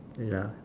ya